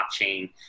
blockchain